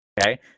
Okay